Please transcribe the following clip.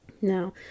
Now